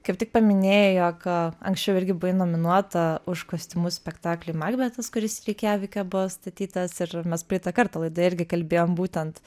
kaip tik paminėjai jog anksčiau irgi buvai nominuota už kostiumus spektakliui makbetas kuris reikjavike buvo statytas ir mes praeitą kartą laidoje irgi kalbėjom būtent